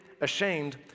ashamed